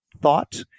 thought